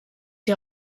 die